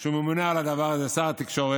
שהוא ממונה על הדבר הזה, שר התקשורת,